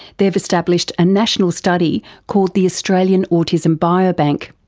they've established a national study called the australian autism biobank.